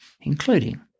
including